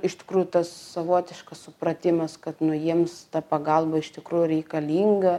iš tikrųjų tas savotiškas supratimas kad nu jiems ta pagalba iš tikrųjų reikalinga